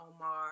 Omar